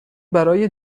برای